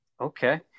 okay